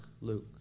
Luke